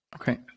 Okay